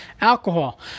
alcohol